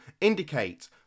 indicate